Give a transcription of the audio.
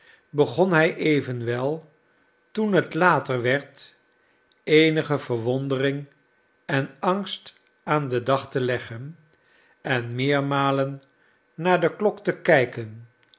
begon hij evenwel toen het later werd eenige verwondering en angst aan den dag te leggen en meermalen naar de klok te kijken